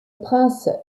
prince